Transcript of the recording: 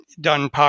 done